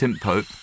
Pope